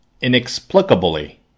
inexplicably